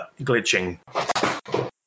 glitching